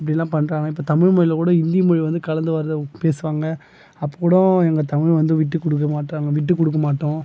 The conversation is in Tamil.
அப்படிலாம் பண்ணுறாங்க இப்போ தமிழ்மொழில கூட ஹிந்தி மொழி வந்து கலந்து வர்றத பேசுவாங்க அப்போ கூட எங்கள் தமிழ் வந்து விட்டுக்கொடுக்க மாட்டேறாங்க விட்டு கொடுக்க மாட்டோம்